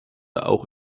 auch